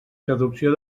traducció